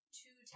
two